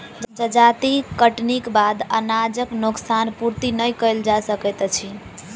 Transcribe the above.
जजाति कटनीक बाद अनाजक नोकसान पूर्ति नै कयल जा सकैत अछि